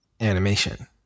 animation